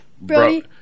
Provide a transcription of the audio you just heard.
Brody